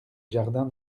jardin